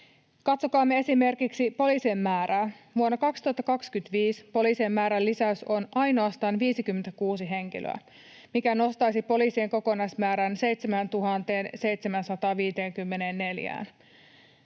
Katsokaamme esimerkiksi poliisien määrää: Vuonna 2025 poliisien määrän lisäys on ainoastaan 56 henkilöä, mikä nostaisi poliisien kokonaismäärän 7